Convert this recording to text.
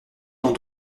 dans